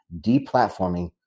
deplatforming